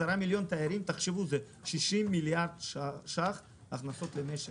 תחשבו זה 60 מיליארד שקל הכנסות למשק,